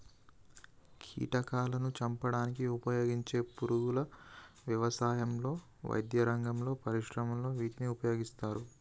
కీటకాలాను చంపడానికి ఉపయోగించే పురుగుల వ్యవసాయంలో, వైద్యరంగంలో, పరిశ్రమలలో వీటిని ఉపయోగిస్తారు